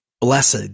Blessed